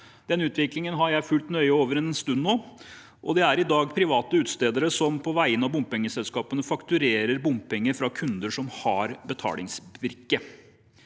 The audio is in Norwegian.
Denne utviklingen har jeg nå fulgt nøye over en stund. Det er i dag private utstedere som på vegne av bompengeselskapene fakturerer bompenger fra kunder som har betalingsbrikke.